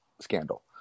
scandal